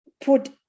put